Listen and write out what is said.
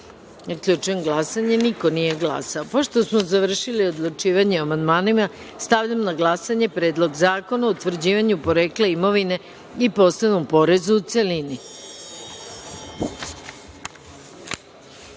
29.Zaključujem glasanje: niko nije glasao. Pošto smo završili odlučivanje o amandmanima, stavljam na glasanje Predlog zakona o utvrđivanju porekla imovine i posebnom porezu, u